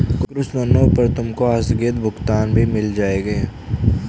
कुछ ऋणों पर तुमको आस्थगित भुगतान भी मिल जाएंगे